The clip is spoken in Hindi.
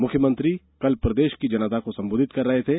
मुख्यमंत्री कल प्रदेश की जनता को संबधित कर रहे थे